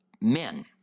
men